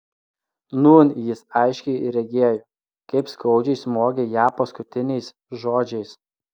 nūn jis aiškiai regėjo kaip skaudžiai smogė ją paskutiniais žodžiais